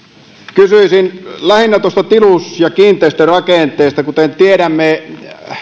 kysyisin lähinnä tuosta tilus ja kiinteistörakenteesta kuten tiedämme